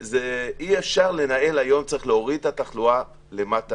אי-אפשר, צריך להוריד את התחלואה למטה.